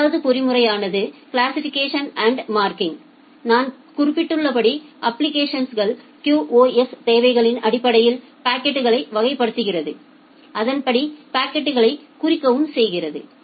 இரண்டாவது பொறிமுறையானது classification and marking நான் குறிப்பிட்டுள்ளபடி அப்ளிகேஷன் QoS தேவைகளின் அடிப்படையில் பாக்கெட்களை வகைப்படுத்துகிறது அதன்படி பாக்கெட்களை குறிக்கவும் செய்கிறது